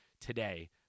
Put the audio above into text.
today